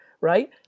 right